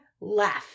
left